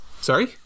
sorry